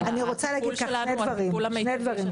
אבל הטיפול שלנו הוא הטיפול המיטבי שנעשה.